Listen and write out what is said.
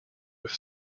with